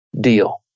deal